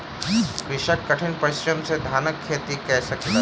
कृषक कठिन परिश्रम सॅ धानक खेती कय सकल